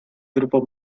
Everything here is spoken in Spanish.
grupo